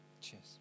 Cheers